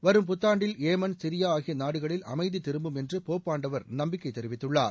வரும் புத்தாண்டில் Yemen Syria ஆகிய நாடுகளில் அமைதி திரும்பும் என்று போப் ஆண்டவர் நம்பிக்கை தெரிவித்துள்ளார்